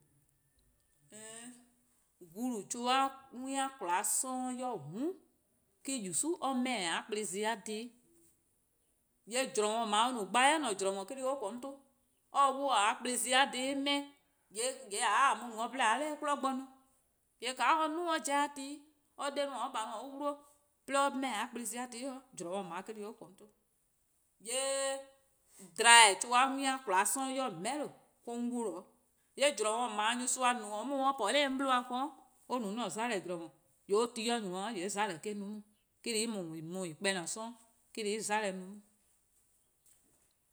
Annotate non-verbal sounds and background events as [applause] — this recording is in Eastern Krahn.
Een, guluh-chuh:-a 'we-a :kwlaa 'sororn' 'yor :mm' 'do :wor :yusu' 'meh-dih :a kplen zon+-a dhih, :yee' 'we-eh :dao' eh no gban 'i :ne :we-eh eh-: :korn dhih or :korn 'on 'ton, or 'wluh :a :ne-' kplen zon+-a dhih 'meh, [hesitation] :yee' :ka :a mu no 'de :a 'ye 'nor 'kmo bo :ne :eh, :yee' :ka or 'duo: or 'jeh-a ti-' or 'de or :baa' on 'wluh or, 'de or 'meh :a 'kplen-a-dhih' eh-: :korn dhih zorn :we-eh :daa eh :korn 'on 'ton. :yee' dhlen-chuh'-a we-a :kwlaa 'sororn' 'yor :meheh'lo: me-: 'on 'wluh-dih-' zorn :we-eh :dao' nyorsoa :no-dih-a or po-dih-a 'on dha 'bluhba ken-', or no 'an-a' 'mona: :we-eh:, eh-: :korn dhih :mor or 'nyni 'o :yee' 'mona:-a no 'on, eh-: :korn dhih [hesitation] :en :me :en :korn kpor+ :ne-a 'sororn' 'de en 'mona:-a no 'on